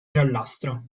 giallastro